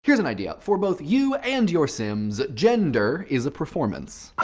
here's an idea. for both you and your sims, gender is a performance.